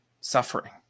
suffering